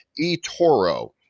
eToro